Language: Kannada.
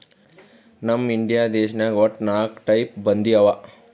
ನಮ್ ಇಂಡಿಯಾ ದೇಶನಾಗ್ ವಟ್ಟ ನಾಕ್ ಟೈಪ್ ಬಂದಿ ಅವಾ